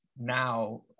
now